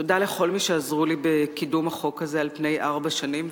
תודה לכל מי שעזרו לי בקידום החוק הזה על פני ארבע שנים,